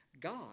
God